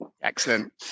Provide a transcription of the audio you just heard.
Excellent